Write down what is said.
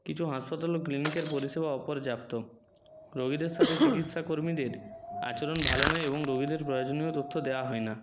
কিছু হাসপাতাল ও ক্লিনিকের পরিষেবা অপর্যাপ্ত রোগীদের সাথে চিকিৎসা কর্মীদের আচরণ ভালো নয় এবং রোগীদের প্রয়োজনীয় তথ্য দেয়া হয় না